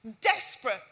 desperate